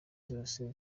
zose